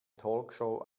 talkshow